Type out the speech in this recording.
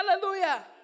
Hallelujah